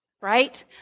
right